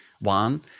one